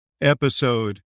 episode